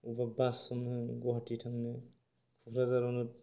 एबा बासखौनो होन गुवाहाटि थांनो क'क्राजारआवनो